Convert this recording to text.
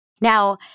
Now